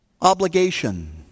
Obligation